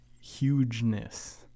hugeness